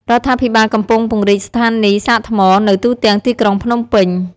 រដ្ឋាភិបាលកំពុងពង្រីកស្ថានីយ៍សាកថ្ម នៅទូទាំងទីក្រុងភ្នំពេញ។